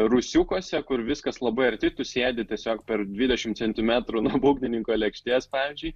rūsiukuose kur viskas labai arti tų sėdi tiesiog per dvidešim centimetrų nuo būgnininko lėkštės pavyzdžiui